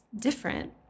different